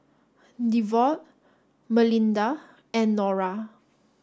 Devaughn Melinda and Nora